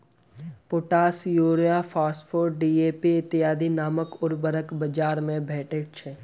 potash, urea, phosphate, DAP इत्यादि नामक उर्वरक बाजार मे भेटैत छै